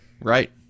Right